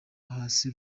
hasi